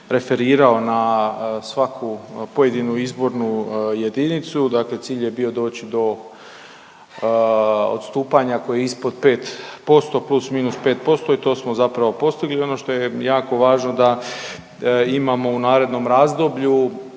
referirao na svaku pojedinu izbornu jedinicu. Dakle, cilj je bio doći do odstupanja koje je ispod 5% plus minus 5% i to smo zapravo postigli i ono što je jako važno da imamo u narednom razdoblju